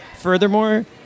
Furthermore